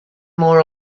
more